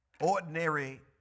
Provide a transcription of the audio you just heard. ordinary